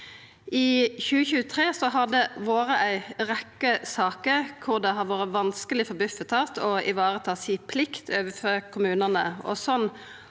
I 2023 har det vore ei rekkje saker kor det har vore vanskeleg for Bufetat å vareta si plikt overfor kommunane.